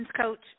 Coach